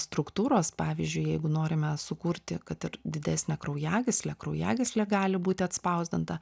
struktūros pavyzdžiui jeigu norime sukurti kad ir didesnę kraujagyslę kraujagyslė gali būti atspausdinta